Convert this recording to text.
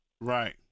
Right